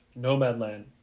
Nomadland